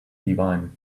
divine